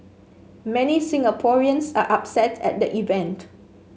many Singaporeans are upset at the event